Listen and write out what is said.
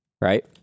right